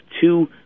two